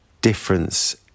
difference